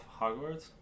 Hogwarts